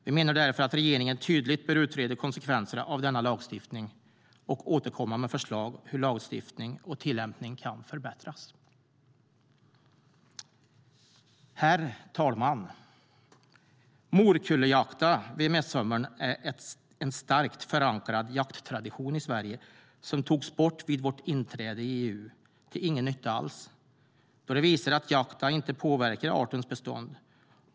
Vi menar därför att regeringen tydligt bör utreda konsekvenserna av denna lagstiftning och återkomma med förslag på hur lagstiftning och tillämpning kan förbättras. Herr talman! Morkullejakten vid midsommar är en starkt förankrad jakttradition i Sverige som togs bort vid vårt inträde i EU till ingen nytta alls, då det visar sig att jakten inte påverkar artens bestånd.